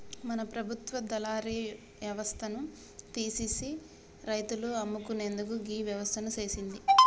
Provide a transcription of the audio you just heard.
మన ప్రభుత్వ దళారి యవస్థను తీసిసి రైతులు అమ్ముకునేందుకు గీ వ్యవస్థను సేసింది